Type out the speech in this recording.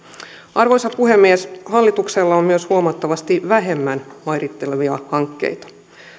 arvoisa puhemies hallituksella on myös huomattavasti vähemmän mairittelevia hankkeita